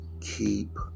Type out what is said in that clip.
Keep